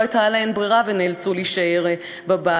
הייתה להן ברירה והן נאלצו להישאר בבית.